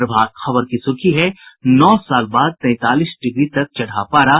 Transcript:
प्रभात खबर की सुर्खी है नौ साल बाद तैंतालीस डिग्री तक चढ़ा पारा